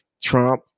Trump